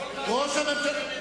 על הבידוד המדיני.